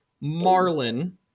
Marlin